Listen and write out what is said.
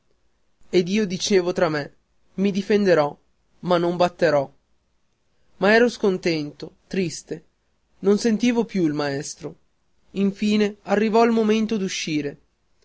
ed io dicevo tra me mi difenderò ma non batterò ma ero scontento triste non sentivo più il maestro infine arrivò il momento d'uscire